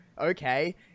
okay